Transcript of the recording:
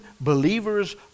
believers